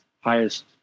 highest